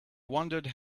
wondered